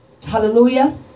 Hallelujah